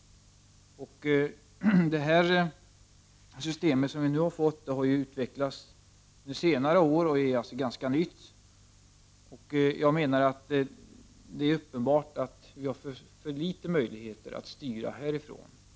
Det system som vi har fått har utvecklats under senare år och är alltså ganska nytt. Jag menar att det är uppenbart att vi har för små möjligheter att styra härifrån.